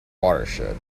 watershed